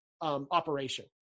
operation